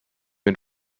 and